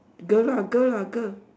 girl lah girl lah girl